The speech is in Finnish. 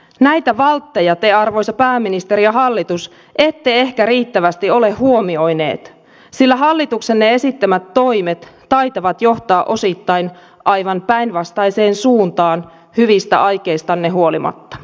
näitä valtteja te arvoisa pääministeri ja hallitus ette ehkä riittävästi ole huomioineet sillä hallituksenne esittämät toimet taitavat johtaa osittain aivan päinvastaiseen suuntaan hyvistä aikeistanne huolimatta